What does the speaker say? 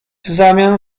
zamian